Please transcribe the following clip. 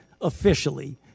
officially